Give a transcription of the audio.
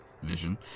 vision